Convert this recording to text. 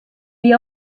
wie